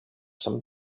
some